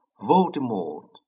Voldemort